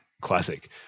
Classic